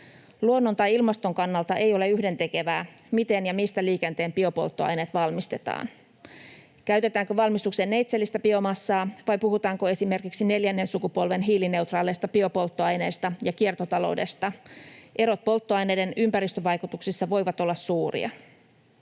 Luonnon tai ilmaston kannalta ei ole yhdentekevää, miten ja mistä liikenteen biopolttoaineet valmistetaan. Käytetäänkö valmistukseen neitseellistä biomassaa vai puhutaanko esimerkiksi neljännen sukupolven hiilineutraaleista biopolttoaineista ja kiertotaloudesta — erot polttoaineiden ympäristövaikutuksissa voivat olla suuria.